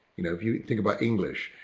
you know if you think about english,